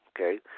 okay